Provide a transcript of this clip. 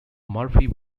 murphy